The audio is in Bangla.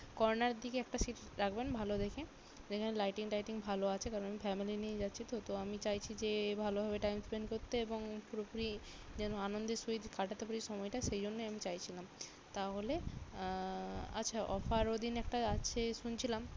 কর্ণারের দিকে একটা সিট রাখবেন ভালো দেখে যেখানে লাইটিং টাইটিং ভালো আছে কারণ আমি ফ্যামিলি নিয়ে যাচ্ছি তো তো আমি চাইছি যে ভালোভাবে টাইম স্পেন্ট করতে এবং পুরোপুরি যেন আনন্দের সহিত কাটাতে পারি সময়টা সেই জন্যই আমি চাইছিলাম তাহলে আচ্ছা অফার ওদিন একটা আছে শুনছিলাম